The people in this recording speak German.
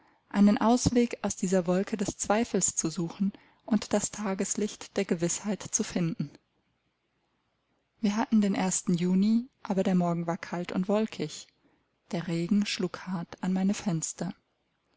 einen ausweg aus dieser wolke des zweifels zu suchen und das tageslicht der gewißheit zu finden wir hatten den ersten juni aber der morgen war kalt und wolkig der regen schlug hart an meine fenster